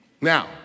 Now